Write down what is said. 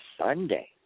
Sunday